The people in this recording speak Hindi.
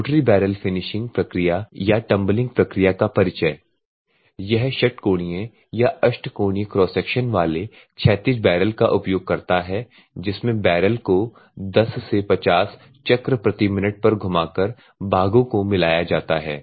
रोटरी बैरल फिनिशिंग प्रक्रिया या टंबलिंग प्रक्रिया का परिचय यह षटकोणीय या अष्टकोणीय क्रॉस सेक्शन वाले क्षैतिज बैरल का उपयोग करता है जिसमें बैरल को 10 से 50 चक्र प्रति मिनट पर घुमाकर भागों को मिलाया जाता है